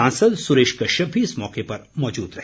सांसद सुरेश कश्यप भी इस मौके मौजूद रहे